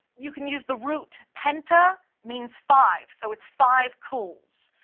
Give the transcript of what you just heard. you can use the root. penta means five. so it's five cles.